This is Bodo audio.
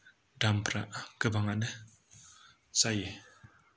दामफ्रा गोबाङानो जायो